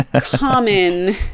common